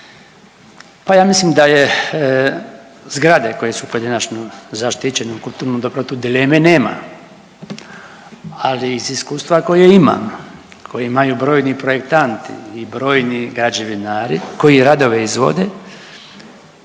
Pa ja mislim da je zgrade koje su pojedinačno zaštićene dobro tu dileme nema, ali iz iskustva koje imam i koje imaju brojni projektanti i brojni građevinari koji radove izvode